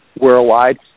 worldwide